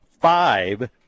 five